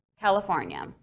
California